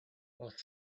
while